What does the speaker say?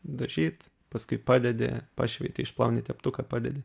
dažyt paskui padedi pašveiti išplauni teptuką padedi